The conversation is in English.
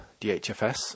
DHFS